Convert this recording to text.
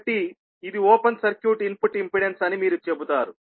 కాబట్టి ఇది open circuit input impedance అని మీరు చెబుతారు